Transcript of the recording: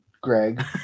Greg